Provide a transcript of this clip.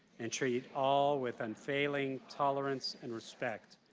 and treat all with unfailing tolerance and respect.